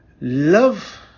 Love